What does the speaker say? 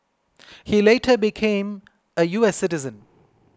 he later became a U S citizen